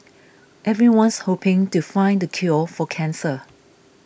everyone's hoping to find the cure for cancer